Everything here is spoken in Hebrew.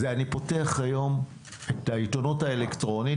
אני פותח היום את העיתונות האלקטרונית,